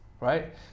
Right